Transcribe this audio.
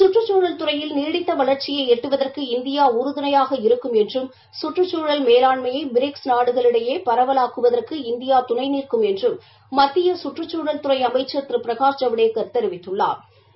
சுற்றுச்சூழல் துறையில் நீடித்த வளர்ச்சியை எட்டுவதற்கு இந்தியா உறுதுணையாக இருக்கும் என்றும் சுற்றுச்சூழல் மேலாண்மையை பிரிக்ஸ் நாடுகளிடையே பரவலாக்குவதற்கு இந்தியா துணை நிற்கும் என்றும் மத்திய கற்றுச்சூழல் துறை அமைச்சள் திரு பிரகாஷ் ஜவடேக்கள் தெரிவித்துள்ளாா்